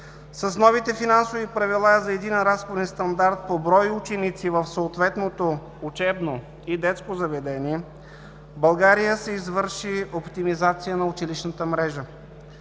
с новите финансови правила за единен разходен стандарт по брой ученици в съответното учебно и детско заведение в България се извърши оптимизация на училищната мрежа.